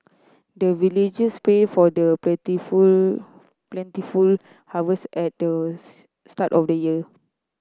the villagers pray for the plentiful plentiful harvest at the start of the year